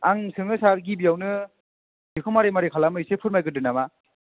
आं सोङो सार गिबियावनो बेखौ मारै मारै खालामो एसे फोरमायग्रोदो नामा